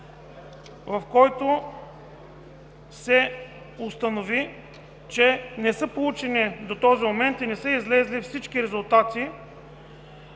в който се установи, че не са получени до този момент и не са излезли всички резултати